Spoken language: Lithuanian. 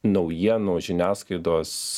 naujienų žiniasklaidos